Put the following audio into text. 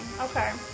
okay